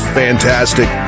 fantastic